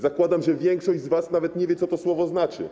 Zakładam, że większość z was nawet nie wie, co to słowo znaczy.